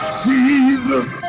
jesus